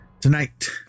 tonight